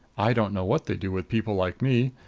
i don't know what they do with people like me.